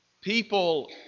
people